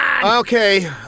Okay